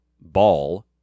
Ball